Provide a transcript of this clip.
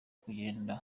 kugenda